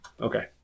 Okay